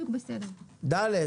סעיף (ד),